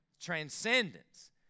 Transcendence